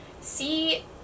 see